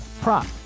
prop